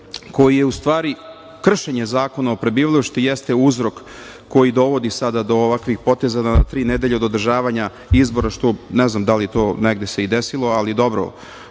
koji je u stvari kršenje Zakona o prebivališta, jeste uzrok koji dovodi sada do ovakvih poteza da od tri nedelje od održavanja izbora, što ne znam da li se negde desilo, ali dobro,